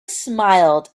smiled